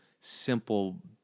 simple